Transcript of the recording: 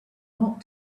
not